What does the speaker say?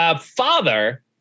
Father